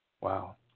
Wow